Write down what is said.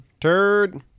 turd